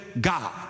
God